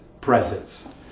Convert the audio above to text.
presence